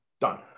done